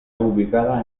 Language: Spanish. ubicada